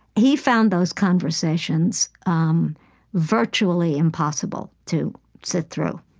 he found those conversations um virtually impossible to sit through.